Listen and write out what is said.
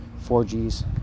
4Gs